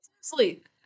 Sleep